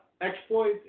exploits